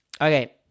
Okay